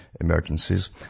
emergencies